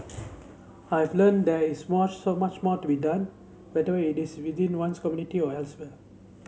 I've learnt that is more so much more to be done whether it is within one's community or elsewhere